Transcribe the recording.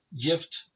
gift